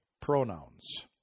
pronouns